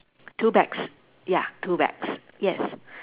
two bags ya two bags yes